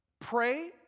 pray